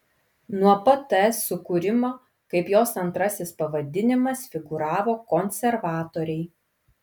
nuo pat ts sukūrimo kaip jos antrasis pavadinimas figūravo konservatoriai